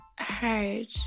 hard